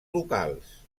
locals